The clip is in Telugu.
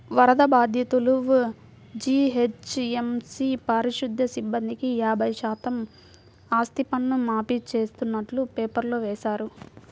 వరద బాధితులు, జీహెచ్ఎంసీ పారిశుధ్య సిబ్బందికి యాభై శాతం ఆస్తిపన్ను మాఫీ చేస్తున్నట్టు పేపర్లో వేశారు